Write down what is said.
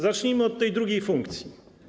Zacznijmy od tej drugiej funkcji.